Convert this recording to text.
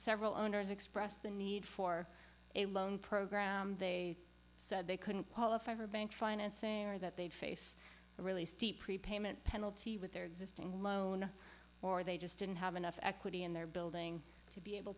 several owners expressed the need for a loan program they said they couldn't qualify for bank financing or that they'd face a really steep prepayment penalty with their existing loan or they just didn't have enough equity in their building to be able